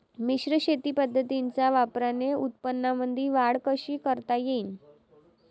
मिश्र शेती पद्धतीच्या वापराने उत्पन्नामंदी वाढ कशी करता येईन?